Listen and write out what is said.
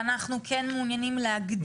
ואנחנו כן מעוניינים להגדיר.